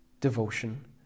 devotion